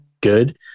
good